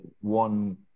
one